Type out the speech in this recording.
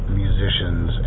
musicians